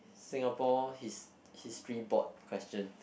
Singapore History Board question